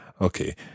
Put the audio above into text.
Okay